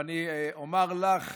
אני אומר לך,